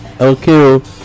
Okay